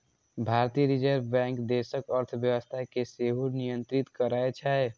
भारतीय reserve bank देशक अर्थव्यवस्था कें सेहो नियंत्रित करै छै